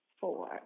four